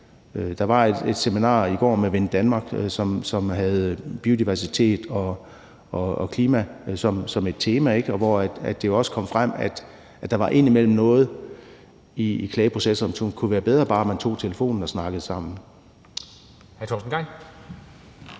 Der var et seminar i går med Vind Danmark, som havde biodiversitet og klima som et tema, hvor det også kom frem, at der ind imellem var noget i klageprocesserne, som det kunne være bedre at man bare tog telefonen og snakkede sammen